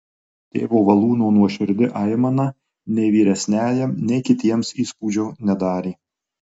tėvo valūno nuoširdi aimana nei vyresniajam nei kitiems įspūdžio nedarė